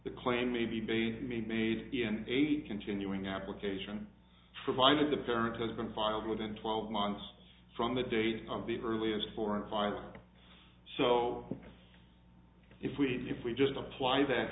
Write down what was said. the claim may be be made made the end eight continuing application provided the parent has been filed within twelve months from the date of the earliest four and five so if we if we just apply that